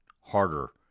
harder